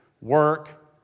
work